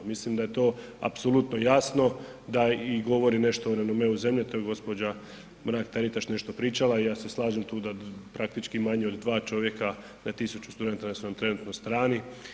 Mislim da je to apsolutno jasno, da govori nešto i o renomeu zemlje, to je gđa. Mrak-Taritaš nešto pričala i ja se slažem tu da praktički manje od 2 čovjeka na 1000 studenta da su nam trenutno strani.